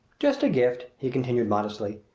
just a gift! he continued modestly.